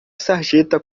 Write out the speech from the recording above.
sarjeta